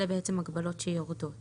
אלו הגבלות שיורדות